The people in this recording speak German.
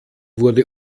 wurde